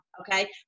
Okay